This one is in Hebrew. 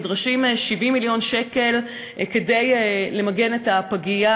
נדרשים 70 מיליון שקל כדי למגן את הפגייה.